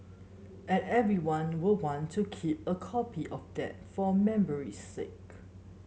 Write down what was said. and everyone will want to keep a copy of that for memory's sake